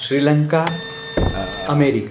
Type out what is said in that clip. Sri Lanka America